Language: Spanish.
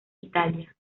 italia